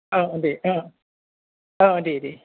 औ दे औ औ दे दे